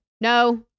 no